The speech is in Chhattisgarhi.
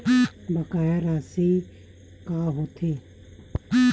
बकाया राशि का होथे?